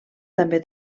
també